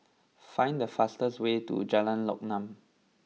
find the fastest way to Jalan Lokam